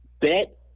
bet